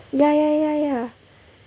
ya ya ya ya